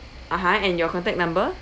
(uh huh) and your contact number